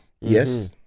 yes